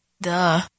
Duh